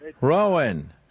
Rowan